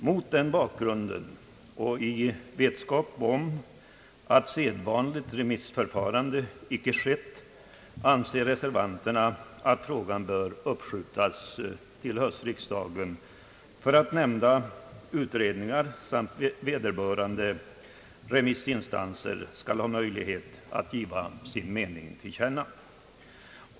Mot den bakgrunden och i vetskap om att sedvanligt remissförfarande icke skett anser reservanterna att frågan bör uppskjutas till höstriksdagen för att nämnda utredningar samt vederbörande remissinstanser skall ha möjlighet att ge sin mening till känna.